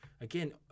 again